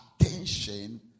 attention